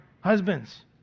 husband's